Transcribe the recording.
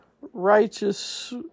righteous